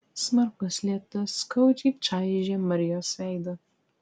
smarkus lietus skaudžiai čaižė marijos veidą